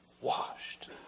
washed